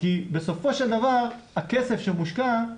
כי בסופו של דבר הכסף שמושקע,